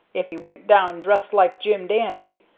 if ee went down dressed like jim dandy.